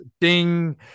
Ding